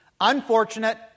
Unfortunate